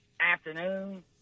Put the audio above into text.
afternoon